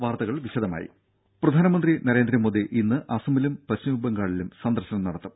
വാർത്തകൾ വിശദമായി പ്രധാനമന്ത്രി നരേന്ദ്രമോദി ഇന്ന് അസമിലും പശ്ചിമബംഗാളിലും സന്ദർശനം നടത്തും